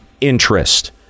interest